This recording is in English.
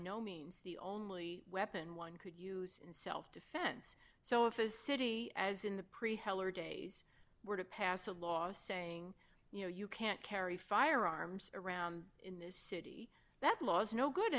no means the only weapon one could use in self defense so if a city as in the pretty heller days were to pass a law saying you know you can't carry firearms around in this city that law is no good